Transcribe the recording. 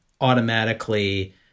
automatically